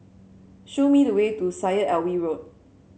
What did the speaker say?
show me the way to Syed Alwi Road